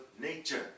nature